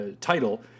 title